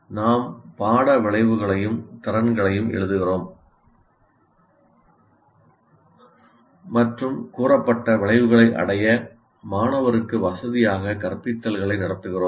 நாம் பாட விளைவுகளையும் திறன்களையும் எழுதுகிறோம் மற்றும் கூறப்பட்ட விளைவுகளை அடைய மாணவருக்கு வசதியாக கற்பித்தல்களை நடத்துகிறோம்